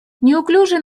неуклюжий